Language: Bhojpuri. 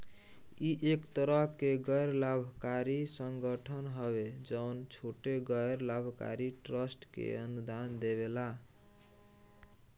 इ एक तरह के गैर लाभकारी संगठन हवे जवन छोट गैर लाभकारी ट्रस्ट के अनुदान देवेला